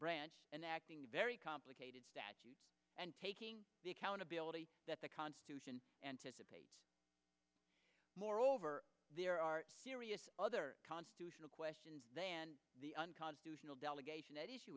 branch and acting very complicated and taking the accountability that the constitution anticipates moreover there are serious other constitutional questions than the unconstitutional delegation at issue